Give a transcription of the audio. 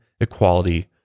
equality